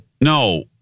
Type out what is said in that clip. no